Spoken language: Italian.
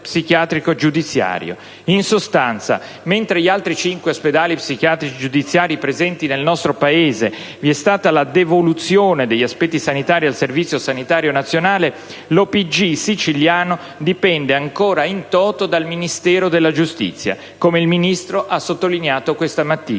In sostanza, mentre per gli altri cinque ospedali psichiatrici giudiziari presenti nel nostro Paese vi è stata la devoluzione degli aspetti sanitari al Servizio sanitario nazionale, l'OPG siciliano dipende ancora *in toto* dal Ministero della giustizia, come il Ministro ha sottolineato questa mattina.